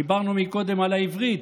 דיברנו קודם על העברית.